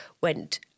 went